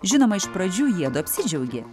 žinoma iš pradžių jiedu apsidžiaugė